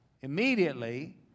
immediately